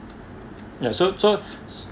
ya so so